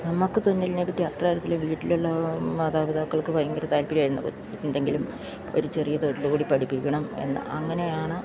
നമ്മൾക്ക് തുന്നലിനെപ്പറ്റി അത്ര അറിയത്തില്ല വീട്ടിലുള്ള മാതാപിതാക്കൾക്ക് ഭയങ്കര താല്പര്യമായിരുന്നു പോയി എന്തെങ്കിലും ഒരു ചെറിയ തൊഴിലുകൂടി പഠിപ്പിക്കണം എന്ന് അങ്ങനെയാണ്